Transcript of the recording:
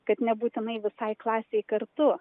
kad nebūtinai visai klasei kartu